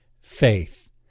faith